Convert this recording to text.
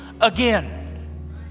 again